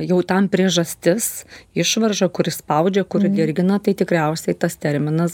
jau tam priežastis išvarža kuri spaudžia kur dirgina tai tikriausiai tas terminas